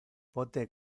pote